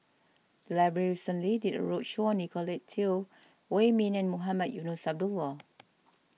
the library recently did a roadshow on Nicolette Teo Wei Min and Mohamed Eunos Abdullah